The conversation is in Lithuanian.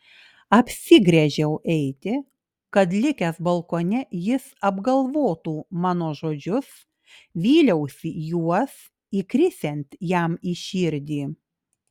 apsigręžiau eiti kad likęs balkone jis apgalvotų mano žodžius vyliausi juos įkrisiant jam į širdį